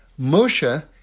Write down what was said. Moshe